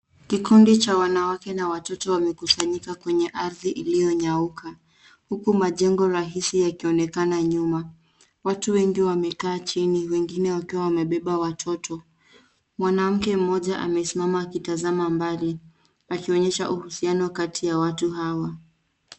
Kikundi cha wanawake na watoto wamekusanyika kwenye ardhi iliyonyauka. Huku majengo rahisi yakionekana nyuma. Watu wengi wamekaa chini, wengine wakiwa wamebeba watoto. Mwanamke mmoja amesimama akitazama mbali akionyesha uhusiano kati ya watu hawa.